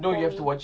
for me